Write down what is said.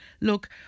look